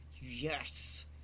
yes